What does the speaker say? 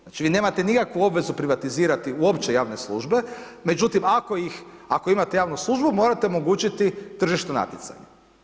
Znači vi nemate nikakvu obvezu privatizirati uopće javne službe, međutim ako ih, ako imate javnu službu morate omogućiti tržišno natjecanje.